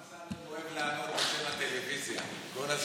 השר אמסלם אוהב לענות בשם הטלוויזיה כל הזמן.